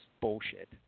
bullshit